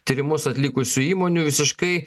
tyrimus atlikusių įmonių visiškai